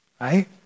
right